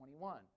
21